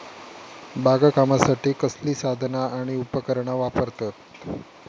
बागकामासाठी कसली साधना आणि उपकरणा वापरतत?